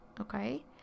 okay